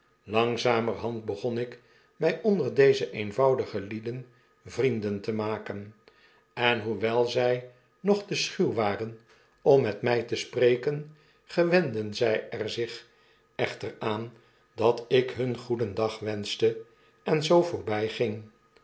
langzamerhand begon ik nay onder deze eenvoudige lieden vrienden te maken en hoewel zy nog te schuw waren om met my te spreken gewendden zij er zich echter aan datikhungoedendag wenschte en zoo voorbyging